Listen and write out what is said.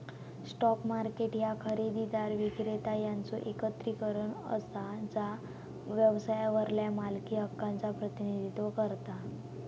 stock market ह्या खरेदीदार, विक्रेता यांचो एकत्रीकरण असा जा व्यवसायावरल्या मालकी हक्कांचा प्रतिनिधित्व करता